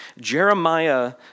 Jeremiah